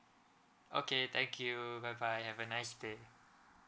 okay thank you bye bye have a nice day